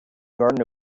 garden